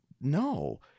No